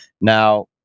Now